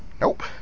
nope